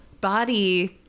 body